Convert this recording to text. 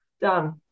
Done